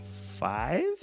five